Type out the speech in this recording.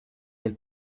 nel